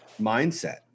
mindset